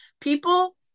People